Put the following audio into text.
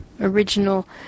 original